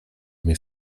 mnie